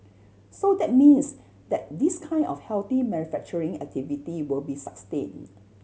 so that means that this kind of healthy manufacturing activity will be sustain